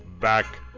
Back